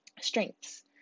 strengths